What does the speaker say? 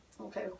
Okay